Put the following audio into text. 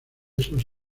esos